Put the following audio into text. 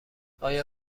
آیا